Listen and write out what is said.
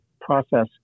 process